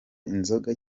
inzoga